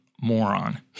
moron